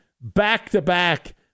back-to-back